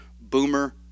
Boomer